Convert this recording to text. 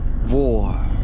War